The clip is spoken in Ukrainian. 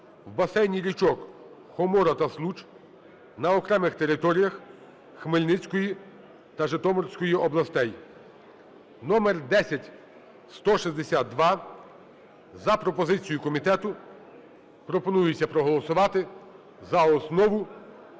в басейні річок Хомора та Случ на окремих територіях Хмельницької та Житомирської областей (№10162). За пропозицію комітету пропонується проголосувати за основу